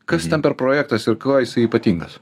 kas ten per projektas ir kuo jisai ypatingas